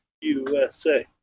USA